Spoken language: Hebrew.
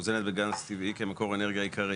מוזנת בגז טבעי כמקור אנרגיה עיקרי.